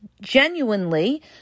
genuinely